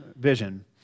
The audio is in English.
vision